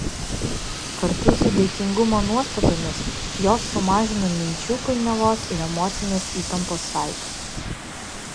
kartu su dėkingumo nuostatomis jos sumažina minčių painiavos ir emocinės įtampos saitų